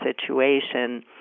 situation